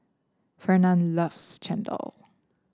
Fernand loves chendol